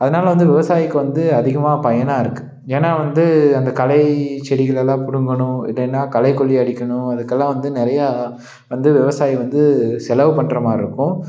அதனால வந்து விவசாயிக்கு வந்து அதிகமாக பயனாகருக்கு ஏன்னா வந்து அந்த களை செடிகளெல்லாம் பிடுங்கணும் இது என்ன களைக்கொல்லி அடிக்கணும் அதுக்கெல்லாம் வந்து நிறையா வந்து விவசாயி வந்து செலவு பண்றமாரிருக்கும்